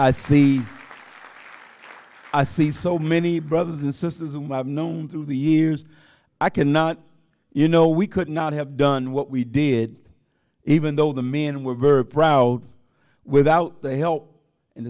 here see i see so many brothers and sisters and known through the years i cannot you know we could not have done what we did even though the men were proud without the help and